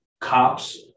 cops